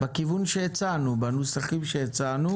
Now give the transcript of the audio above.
בכיוון שהצענו, בנוסחים שהצענו